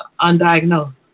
undiagnosed